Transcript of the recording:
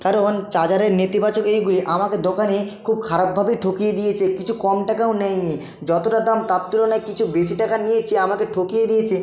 কারণ চার্জারের নেতিবাচক এইগুলি আমাকে দোকানি খুব খারাপভাবেই ঠকিয়ে দিয়েছে কিছু কম টাকাও নেয়নি যতটা দাম তার তুলনায় কিছু বেশি টাকা নিয়েছে আমাকে ঠকিয়ে দিয়েছে